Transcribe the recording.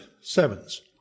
sevens